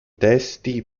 testi